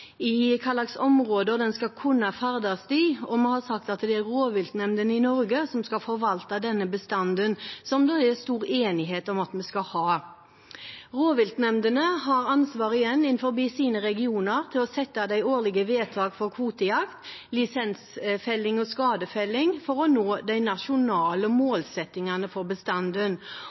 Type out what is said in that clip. i hvilke områder den skal kunne ferdes, og vi har sagt at det er rovviltnemndene i Norge som skal forvalte denne bestanden, som det er stor enighet om at vi skal ha. Rovviltnemndene har innenfor sine regioner ansvaret for å fatte de årlige vedtak for kvotejakt, lisensfelling og skadefelling for å nå de nasjonale målsettingene for bestanden.